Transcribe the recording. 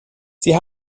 sie